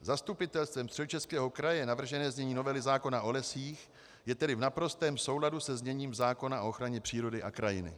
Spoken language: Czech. Zastupitelstvem Středočeského kraje navržené znění novely zákona o lesích je tedy v naprostém souladu se zněním zákona o ochraně přírody a krajiny.